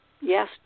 Yes